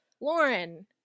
Lauren